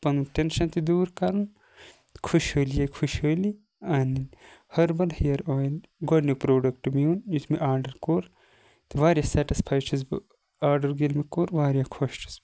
پَنُن ٹیٚنٛشَن تہِ دوٗر کَرُن خُوش حٲلی یے خُوش حٲلی اَنٕنۍ ہیٚربَل ہیَر اۄیل گۄڈٕنیُک پروڈکٹہٕ میون یُس مےٚ آرڈَر کوٚر تہٕ واریاہ سیٹِسفَاے چھُس بہٕ آرڈَر ییٚلہِ مےٚ کوٚر واریاہ خۄش چھُس بہٕ